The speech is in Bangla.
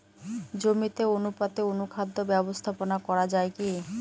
জমিতে অনুপাতে অনুখাদ্য ব্যবস্থাপনা করা য়ায় কি?